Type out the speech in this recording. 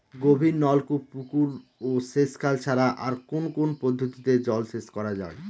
গভীরনলকূপ পুকুর ও সেচখাল ছাড়া আর কোন কোন পদ্ধতিতে জলসেচ করা যায়?